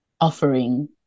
offering